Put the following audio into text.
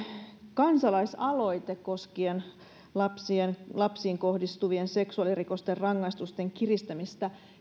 kansalaisaloite koskien lapsiin kohdistuvien seksuaalirikosten rangaistusten kiristämistä